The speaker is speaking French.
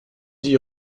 dix